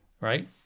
right